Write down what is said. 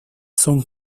son